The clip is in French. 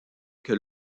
que